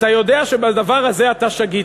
אתה יודע שבדבר הזה אתה שגית.